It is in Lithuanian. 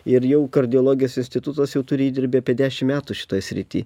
ir jau kardiologijos institutas jau turi įdirbį apie dešim metų šitoj srity